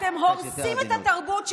אתם הורסים את התרבות שלה,